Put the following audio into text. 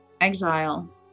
exile